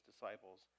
disciples